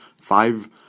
five